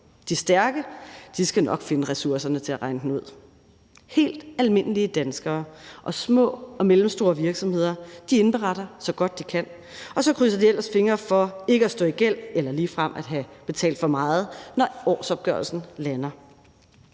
De stærke skal nok finde ressourcerne til at regne den ud. Helt almindelige danskere og små og mellemstore virksomheder indberetter, så godt de kan, og så krydser de ellers fingre for ikke at stå i gæld eller ligefrem at have betalt for meget, når årsopgørelsen lander.